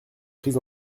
prises